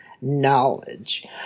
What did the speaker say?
knowledge